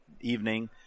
evening